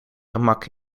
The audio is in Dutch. gemak